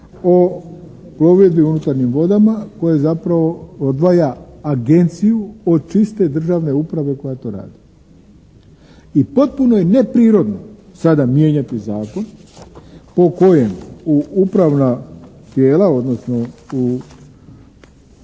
o plovidbi unutarnjim vodama koje zapravo odvaja agenciju od čiste državne uprave koja to radi. I potpuno je neprirodno sada mijenjati zakon po kojem u upravna tijela odnosno u